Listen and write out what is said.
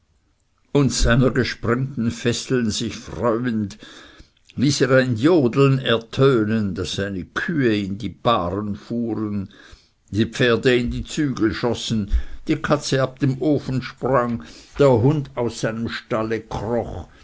und seiner gesprengten fesseln sich freuend ließ er ein jodeln ertönen daß seine kühe in den bahren fuhren die pferde in die zügel schossen die katze ab dem ofen sprang der hund aus seinem stalle kroch